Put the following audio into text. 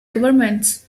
governments